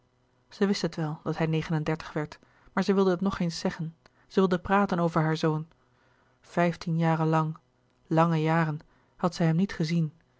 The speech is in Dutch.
zij wist het wel dat hij negen en dertig louis couperus de boeken der kleine zielen werd maar zij wilde het nog eens zeggen zij wilde praten over haar zoon vijftien jaren lang lange jaren had zij hem niet gezien